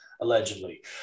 allegedly